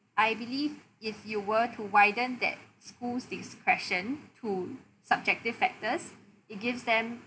I believe if you were to widen that schools discretion to subjective factors it gives them